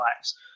lives